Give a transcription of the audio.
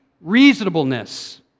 reasonableness